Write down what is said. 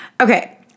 Okay